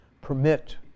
permit